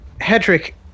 Hedrick